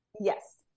Yes